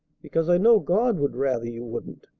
because i know god would rather you wouldn't.